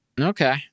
Okay